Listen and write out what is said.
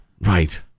Right